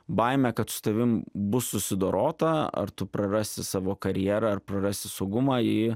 baimė kad su tavim bus susidorota ar tu prarasi savo karjerą ar prarasi saugumą ji